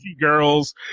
girls